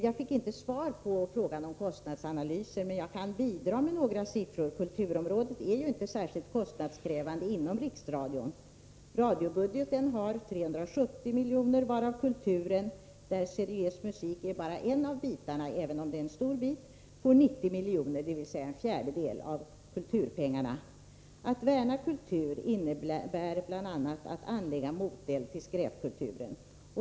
Jag fick inte svar på frågan om kostnadsanalyser, men jag kan bidra med några siffror. Kulturområdet är ju inte särskilt kostnadskrävande inom Riksradion. Radiobudgeten har 370 milj.kr., varav kulturen — där den seriösa musiken bara är en av delarna, även om det är en stor bit — får 90 milj.kr., dvs. en fjärdedel. Att värna om kultur innebär bl.a. att anlägga moteld mot skräpkulturen.